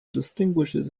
distinguishes